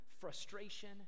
frustration